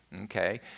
Okay